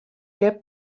què